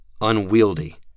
unwieldy